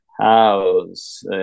house